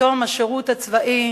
תום השירות הצבאי,